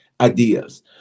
ideas